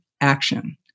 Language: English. action